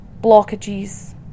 blockages